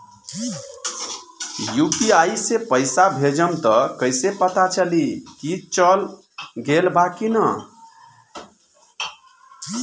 UPI से पइसा भेजम त कइसे पता चलि की चल गेल बा की न?